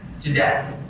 today